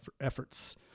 efforts